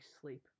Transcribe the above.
sleep